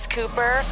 Cooper